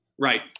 right